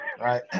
Right